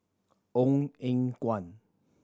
Ong Eng Guan